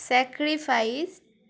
sacrifice